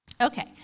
Okay